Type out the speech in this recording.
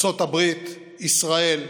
ארצות הברית, ישראל,